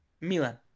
Milan